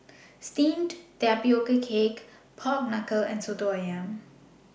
Steamed Tapioca Cake Pork Knuckle and Soto Ayam